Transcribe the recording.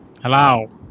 Hello